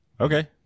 Okay